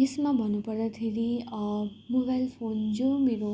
यसमा भन्नुपर्दा धेरै मोबाइल फोन जो मेरो